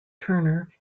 turner